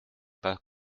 pas